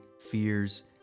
fears